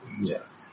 Yes